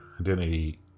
identity